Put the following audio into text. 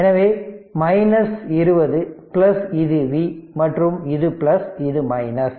எனவே 20 இது V மற்றும் இது பிளஸ் இது மைனஸ்